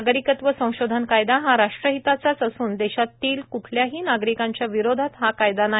नागरिकत्व संशोधन कायदा हा राष्ट्रहितातच असून देशातील कुठल्याही नागरीकांच्या विरोधात हा कायदा नाही